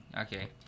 Okay